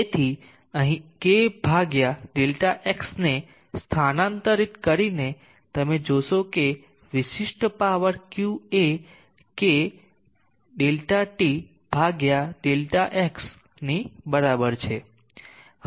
તેથી અહીં k Δx ને સ્થાનાંતરિત કરીને તમે જોશો કે વિશિષ્ટ પાવર q એ k ΔT Δx ની બરાબર છે